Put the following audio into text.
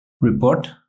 Report